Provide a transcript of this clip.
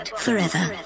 forever